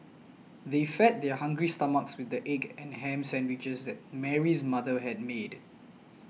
they fed their hungry stomachs with the egg and ham sandwiches that Mary's mother had made